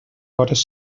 hores